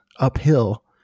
uphill